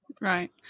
Right